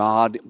God